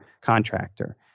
contractor